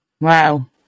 Wow